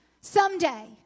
Someday